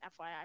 fyi